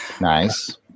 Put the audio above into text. Nice